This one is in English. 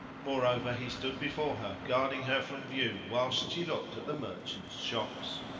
moreover he stood before her guarding her from view whilst she looked at the merchants' shops.